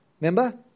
remember